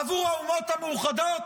בעבור האומות המאוחדות?